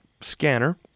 scanner